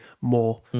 more